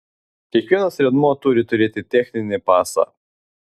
kiekvienas riedmuo turi turėti techninį pasą